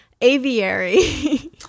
aviary